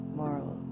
moral